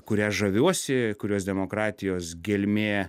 kuria žaviuosi kurios demokratijos gelmė